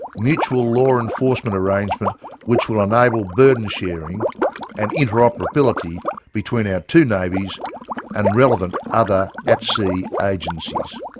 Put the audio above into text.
mutual law enforcement arrangement which will enable burden sharing and interoperability between our two navies and relevant other at-sea agencies.